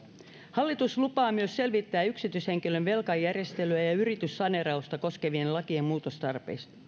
hallitus lupaa myös selvittää yksityishenkilön velkajärjestelyjä ja ja yrityssaneerausta koskevien lakien muutostarpeita